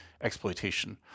exploitation